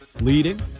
leading